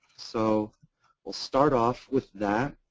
so we'll start off with that.